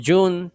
June